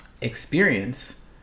experience